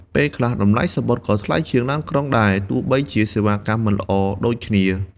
ពេលខ្លះតម្លៃសំបុត្រក៏ថ្លៃជាងឡានក្រុងដែរទោះបីជាសេវាកម្មមិនល្អដូចគ្នា។